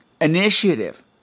initiative